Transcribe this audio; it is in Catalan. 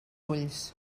ulls